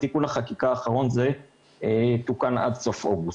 בתיקון החקיקה האחרון זה תוקן עד סוף אוגוסט.